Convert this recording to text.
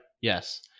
yes